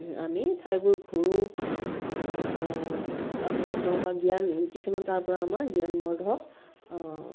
আমি ঠাইবোৰ ফুৰু বা আমেজ লওঁ বা জ্ঞান কিছুমান তাৰপৰা আমাৰ জ্ঞানবৰ্ধক